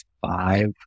five